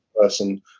person